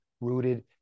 rooted